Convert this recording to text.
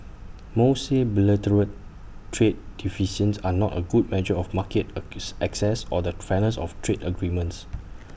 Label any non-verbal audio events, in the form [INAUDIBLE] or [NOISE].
most say bilateral trade deficits are not A good measure of market [UNINTELLIGIBLE] access or the fairness of trade agreements